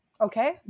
Okay